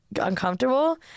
uncomfortable